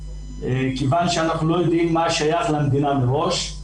כיוון שאנחנו לא יודעים מה שייך למדינה מראש.